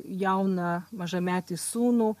jauną mažametį sūnų